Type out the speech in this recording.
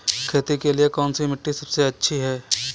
खेती के लिए कौन सी मिट्टी सबसे अच्छी है?